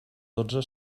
dotze